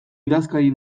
idazkari